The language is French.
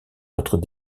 notre